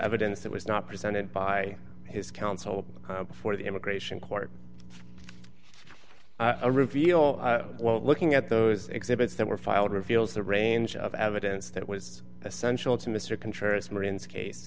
evidence that was not presented by his counsel for the immigration court a reveal well looking at those exhibits that were filed reveals the range of evidence that was essential to mr c